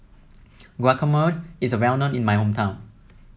guacamole is well known in my hometown